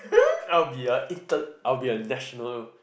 I'll be a inter I'll be a national